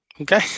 Okay